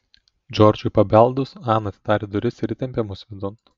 džordžui pabeldus ana atidarė duris ir įtempė mus vidun